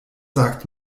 sagt